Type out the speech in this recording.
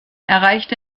erreicht